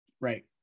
right